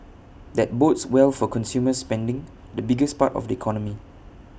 that bodes well for consumer spending the biggest part of the economy